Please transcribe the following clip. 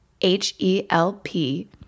H-E-L-P